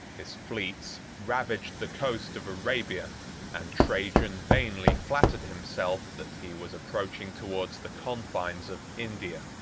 his fleets ravaged the coast of arabia and trajan vainly flattered himself that he was approaching towards the confines of india.